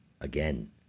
Again